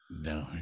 No